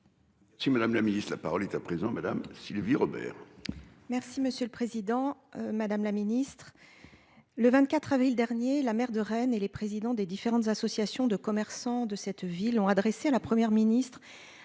Si Madame la Ministre. La parole est à présent madame Sylvie Robert. Merci, monsieur le Président Madame la Ministre. Le 24 avril dernier, la maire de Rennes et les présidents des différentes associations de commerçants de cette ville ont adressé à la Première ministre